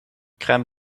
crème